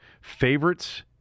Favorites